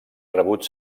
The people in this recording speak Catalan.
rebut